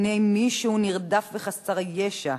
בפני מי שהוא נרדף וחסר ישע,